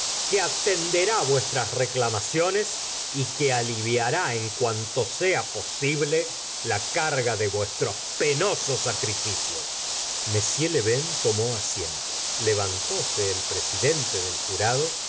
que atenderá vuestras reclamaciones y que g gustavo flaubert aliviará en cuanto sea posible la carga de vuestros penosos sacrificios m lieuvain tomé asiento levantóse el presidente del jurado